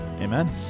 Amen